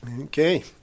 Okay